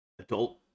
adult